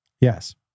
Yes